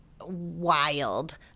wild